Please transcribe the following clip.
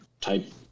type